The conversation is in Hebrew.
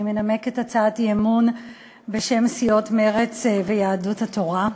אני מנמקת הצעת אי-אמון בשם סיעות מרצ ויהדות התורה.